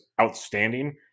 outstanding